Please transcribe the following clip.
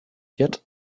yet